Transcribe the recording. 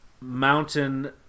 mountain